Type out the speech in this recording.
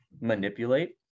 manipulate